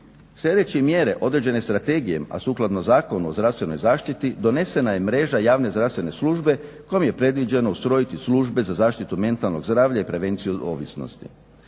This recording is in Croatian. Slijedeći mjerenje određene strategije, a sukladno Zakonu o zdravstvenoj zaštiti donesena je mreža javne zdravstvene službe kojom je predviđeno ustrojiti službe za zaštitu mentalnog zdravlja i prevenciju ovisnosti.